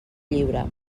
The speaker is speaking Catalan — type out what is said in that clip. lliure